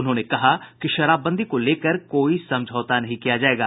उन्होंने कहा कि शराबबंदी को लेकर कोई समझौता नहीं किया जायेगा